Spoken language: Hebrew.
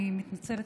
אני מתנצלת,